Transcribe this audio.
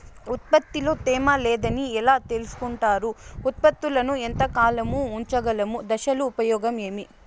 ఉత్పత్తి లో తేమ లేదని ఎలా తెలుసుకొంటారు ఉత్పత్తులను ఎంత కాలము ఉంచగలము దశలు ఉపయోగం ఏమి?